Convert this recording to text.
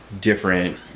different